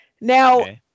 Now